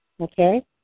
Okay